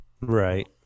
Right